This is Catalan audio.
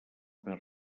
més